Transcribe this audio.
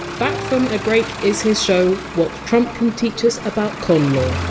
back from a break is his show what trump can teach us about con law,